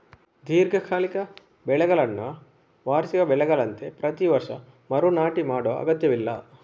ದೀರ್ಘಕಾಲಿಕ ಬೆಳೆಗಳನ್ನ ವಾರ್ಷಿಕ ಬೆಳೆಗಳಂತೆ ಪ್ರತಿ ವರ್ಷ ಮರು ನಾಟಿ ಮಾಡುವ ಅಗತ್ಯವಿಲ್ಲ